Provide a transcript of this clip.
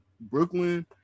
Brooklyn